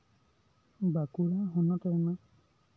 ᱵᱟᱸᱠᱩᱲᱟ ᱦᱚᱱᱚᱛ ᱨᱮᱱᱟᱜ